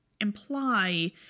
imply